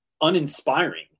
uninspiring